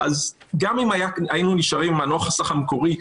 אז גם אם היינו נשארים עם הנוסח המקורי,